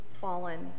fallen